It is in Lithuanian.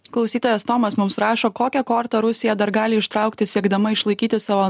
klausytojas tomas mums rašo kokią kortą rusija dar gali ištraukti siekdama išlaikyti savo